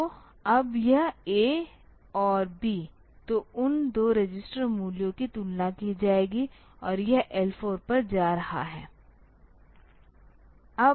तो अब यह A और B तो उन 2 रजिस्टर मूल्यों की तुलना की जाएगी और यह L4 पर जा रहा है